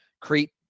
Crete